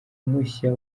mushya